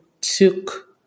took